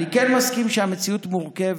אני כן מסכים שהמציאות מורכבת.